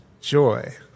joy